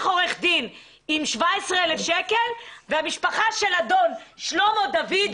עורך דין ושילם לו 17,000 שקלים והמשפחה של אדון שלמה דוד,